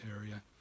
area